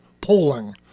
polling